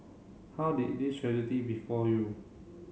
how did this tragedy befall you